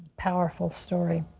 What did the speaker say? powerful story.